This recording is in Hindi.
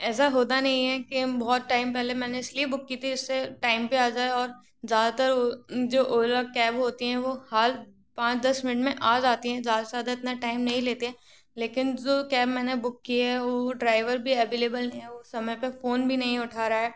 ऐसा होता नहीं है कि हम बहुत टाइम पहले मैंने इस लिए बूक की थी इससे टाइम पर आ जाए और ज़्यादातर वो जो ओला कैब होती हैं वो हर पाँच दस मिनट में आ जाती हैं ज़्यादा से ज़्यादा इतना टैम नहीं लेते लेकिन जो कैब मैंने बूक की है वो ड्राईभर भी एभेलेबल नहीं हैं वो समय पर फ़ोन भी नहीं उठा रहा है